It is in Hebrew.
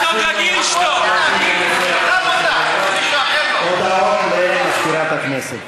הודעה למזכירת הכנסת.